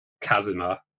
Kazuma